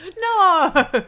No